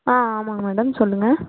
ஆ ஆமாம் மேடம் சொல்லுங்கள்